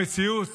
המציאות